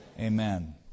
Amen